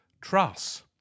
Truss